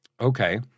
Okay